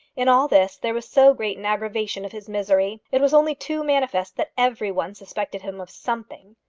in all this there was so great an aggravation of his misery! it was only too manifest that every one suspected him of something.